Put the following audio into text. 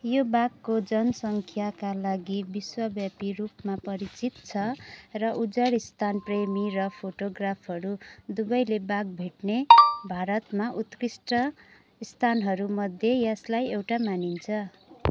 यो बाघको जनसङ्ख्याका लागि विश्वव्यापी रूपमा परिचित छ र उजाड स्थानप्रेमी र फोटोग्राफहरू दुवैले बाघ भेट्ने भारतमा उत्कृष्ट स्थानहरूमध्ये यसलाई एउटा मानिन्छ